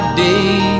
day